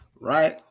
right